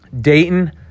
Dayton